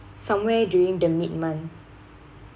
somewhere during the mid month